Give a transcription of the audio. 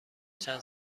چند